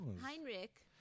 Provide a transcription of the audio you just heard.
heinrich